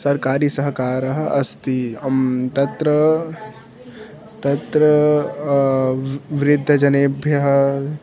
सर्वकारसहकारः अस्ति तत्र तत्र वृद्धजनेभ्यः